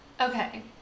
Okay